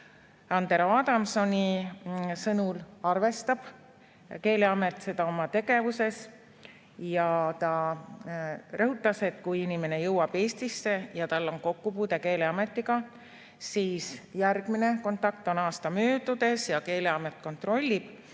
Andero Adamsoni sõnul arvestab Keeleamet seda oma tegevuses ja ta rõhutas, et kui inimene jõuab Eestisse ja tal on kokkupuude Keeleametiga, siis järgmine kontakt on aasta möödudes ja Keeleamet kontrollib,